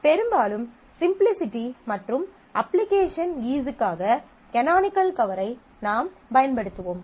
பெரும்பாலும் சிம்ப்ளிஸிட்டி மற்றும் அப்ளிகேஷன் ஈஸ்க்காக கனோனிக்கல் கவரை நாம் பயன்படுத்துவோம்